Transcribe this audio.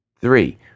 Three